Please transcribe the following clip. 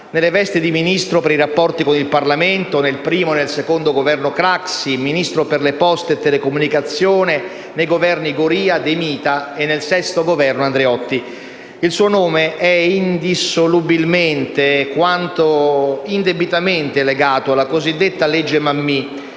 nelle vesti di Ministro per i rapporti con il Parlamento nel primo e secondo Governo Craxi, Ministro delle poste e delle telecomunicazioni nei Governi Goria e De Mita e nel sesto Governo Andreotti. Il suo nome è indissolubilmente quanto indebitamente legato alla cosiddetta legge Mammì